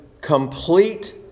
complete